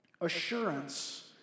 assurance